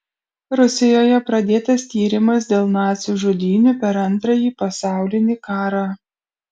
rusijoje pradėtas tyrimas dėl nacių žudynių per antrąjį pasaulinį karą